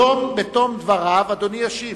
בתום דבריו אדוני ישיב.